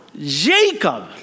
Jacob